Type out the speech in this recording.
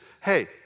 hey